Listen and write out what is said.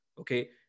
okay